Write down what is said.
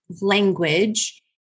language